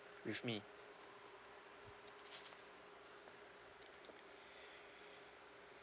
with me